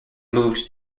moved